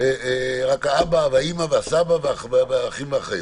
רק המשפחה המצומצמת: אבא, אימא, סבא ואחים ואחיות.